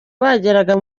bageraga